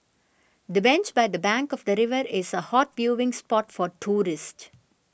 the bench by the bank of the river is a hot viewing spot for tourists